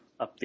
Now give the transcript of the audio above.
Update